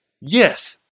yes